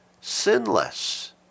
sinless